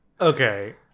Okay